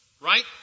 Right